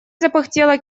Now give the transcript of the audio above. запыхтела